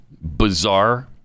Bizarre